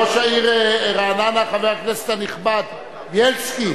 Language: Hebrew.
ראש העיר רעננה, חבר הכנסת הנכבד בילסקי,